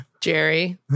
Jerry